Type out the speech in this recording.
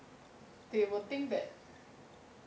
they will think that